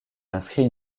inscrit